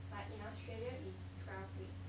like in Australia it's twelve weeks